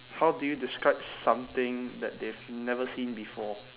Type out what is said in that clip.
how do you describe something that they've never seen before